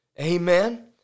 Amen